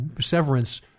severance